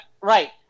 right